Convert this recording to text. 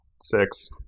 six